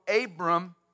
Abram